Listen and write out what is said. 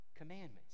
Commandments